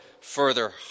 further